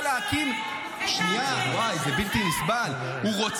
להקים ----- את האג'נדה --- זה בלתי נסבל.